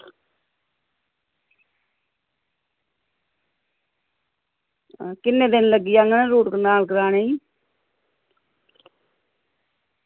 किन्ने दिन लग्गी जाङन रूट कनाल कराने ई